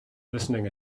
listening